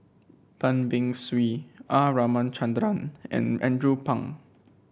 Tan Beng Swee R Ramachandran and Andrew Phang